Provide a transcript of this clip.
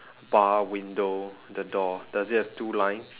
bar window the door does it have two lines